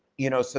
you know, so